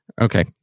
Okay